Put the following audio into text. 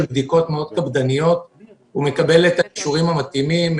בדיקות קפדניות מאוד ומקבלת את האישורים המתאימים.